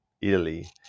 Italy